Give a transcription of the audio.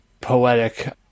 poetic